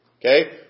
Okay